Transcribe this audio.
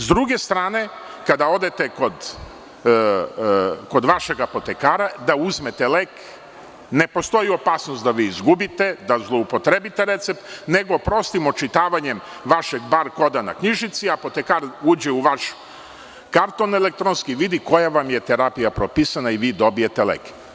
S druge strane, kada odete kod vašeg apotekara da uzmete lek, ne postoji opasnost da izgubite, zloupotrebite recept, nego prostim očitavanjem vašeg bar koda na knjižici, apotekar uđe u vas elektronski karton, vidi koja vam je terapija propisana i vi dobijete lek.